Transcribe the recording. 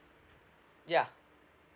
ya